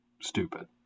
stupid